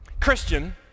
Christian